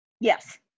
Yes